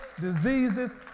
diseases